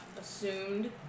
assumed